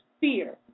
fear